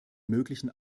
möglichen